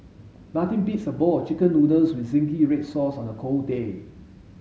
nothing beats a bowl of chicken noodles with zingy red sauce on a cold day